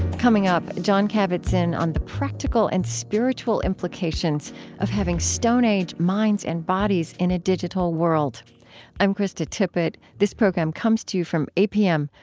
coming up, jon kabat-zinn on the practical and spiritual implications of having stone age minds and bodies in a digital world i'm krista tippett. tippett. this program comes to you from apm,